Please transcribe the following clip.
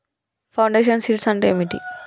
Foundation seeds అంటే ఏంటి?